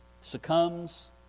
succumbs